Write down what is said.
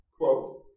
quote